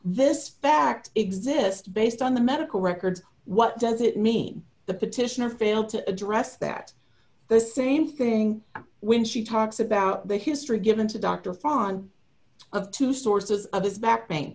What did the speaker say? this fact exist based on the medical records what does it mean the petitioner failed to address that the same thing when she talks about the history given to dr fine of two sources of his back pain